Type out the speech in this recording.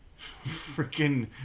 freaking